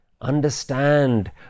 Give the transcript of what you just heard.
understand